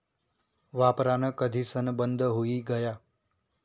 वापरान कधीसन बंद हुई गया